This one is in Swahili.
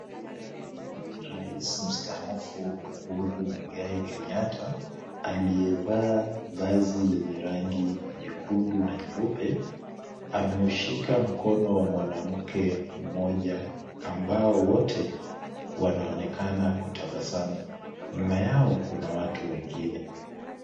Rais mustaafu Uhuru Muigai Kenyatta aliyevaa vazi lenye rangi nyekundu na nyeupe ameushika mkono wa mwanamke mmoja ambao wote wanaonekana kutabasamu. Nyuma yao kuna watu wengine.